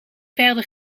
verder